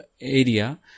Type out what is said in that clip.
area